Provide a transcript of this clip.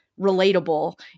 relatable